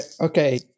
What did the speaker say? okay